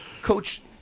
Coach